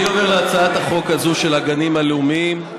אני עובר להצעת החוק הזאת, של הגנים הלאומיים.